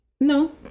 no